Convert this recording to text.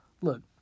Look